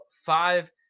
five